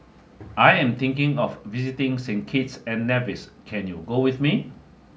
I am thinking of visiting Saint Kitts and Nevis can you go with me